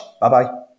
Bye-bye